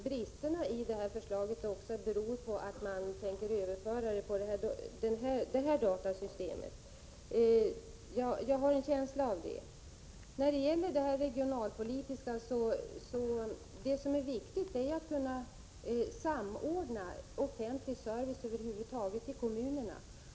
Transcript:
Bristerna i förslaget beror på att man tänker överföra arbetsuppgifter på datasystemet — jag har en känsla av det. Regionalpolitiskt är det viktigt att man kan samordna offentlig service över huvud taget i kommunerna.